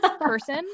person